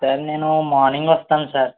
sir నేను morning వస్తాను sir